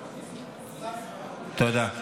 אנא, אנא.